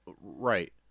Right